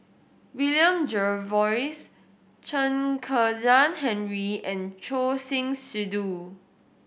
William Jervois Chen Kezhan Henri and Choor Singh Sidhu